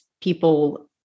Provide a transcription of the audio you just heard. people